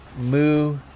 moo